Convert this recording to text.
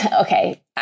okay